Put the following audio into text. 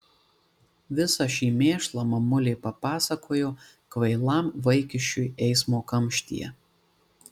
visą šį mėšlą mamulė papasakojo kvailam vaikiščiui eismo kamštyje